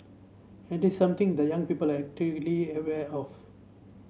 and this something the young people are actively aware of